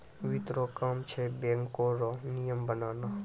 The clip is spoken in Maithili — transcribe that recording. वित्त रो काम छै बैको रो नियम बनाना